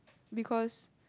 because